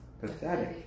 pathetic